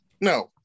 No